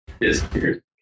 Disappeared